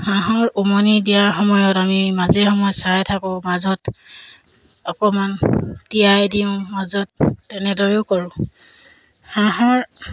হাঁহৰ উমনি দিয়াৰ সময়ত আমি মাজে সময়ে চাই থাকোঁ মাজত অকণমান তিয়াই দিওঁ মাজত তেনেদৰেও কৰোঁ হাঁহৰ